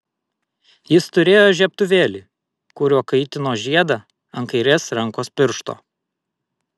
jis turėjo žiebtuvėlį kuriuo kaitino žiedą ant kairės rankos piršto